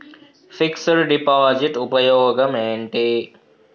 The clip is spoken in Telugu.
ఫిక్స్ డ్ డిపాజిట్ ఉపయోగం ఏంటి?